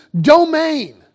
domain